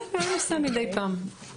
כן, הוא היה נוסע מדי פעם.